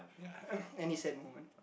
ya any sad moment